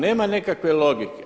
Nema nekakve logike.